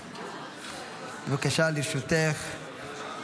בבקשה, לרשותך שלוש דקות.